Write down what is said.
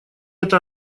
это